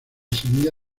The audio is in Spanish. semilla